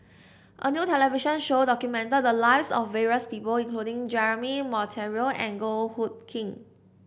a new television show documented the lives of various people including Jeremy Monteiro and Goh Hood Keng